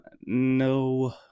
no